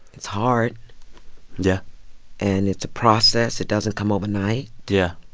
it's hard yeah and it's a process. it doesn't come overnight yeah